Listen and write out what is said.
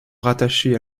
rattaché